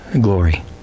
glory